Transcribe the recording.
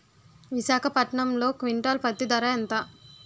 విశాఖపట్నంలో క్వింటాల్ పత్తి ధర ఎంత?